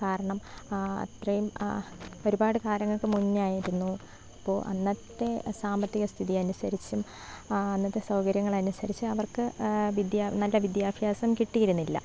കാരണം അത്രയും ഒരുപാട് കാലങ്ങൾക്ക് മുന്നേ ആയിരുന്നു അപ്പോൾ അന്നത്തെ സാമ്പത്തിക സ്ഥിതി അനുസരിച്ചും അന്നത്തെ സൗകര്യങ്ങൾ അനുസരിച്ചു അവർക്ക് നല്ല വിദ്യാഭ്യാസം കിട്ടിയിരുന്നില്ല